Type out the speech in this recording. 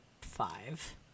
five